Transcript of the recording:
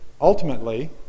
ultimately